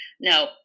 No